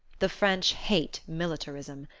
the french hate militarism.